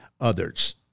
others